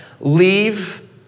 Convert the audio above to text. leave